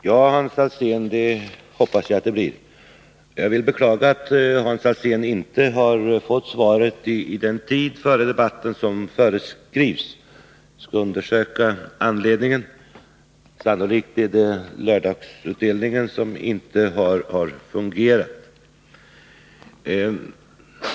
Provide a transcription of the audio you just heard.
Herr talman! Ja, Hans Alsén, det hoppas jag att det blir. Jag vill beklaga att Hans Alsén inte har fått svaret i den tid före debatten som föreskrivs. Jag skall undersöka anledningen. Sannolikt är det lördagsutdelningen som inte har fungerat.